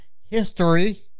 history